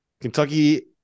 Kentucky